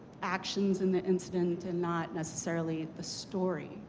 actions in the incident and not necessarily the story.